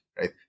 right